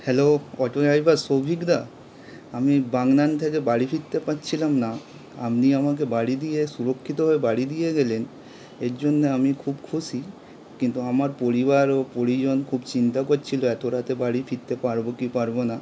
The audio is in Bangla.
হ্যালো অটো ড্ৰাইভার শৌভিক দা আমি বাগনান থেকে বাড়ি ফিরতে পারছিলাম না আমনি আমাকে বাড়ি দিয়ে সুরক্ষিতভাবে বাড়ি দিয়ে গেলেন এর জন্যে আমি খুব খুশি কিন্তু আমার পরিবার ও পরিজন খুব চিন্তা করছিলো এত রাতে বাড়ি ফিরতে পারবো কি পারবো না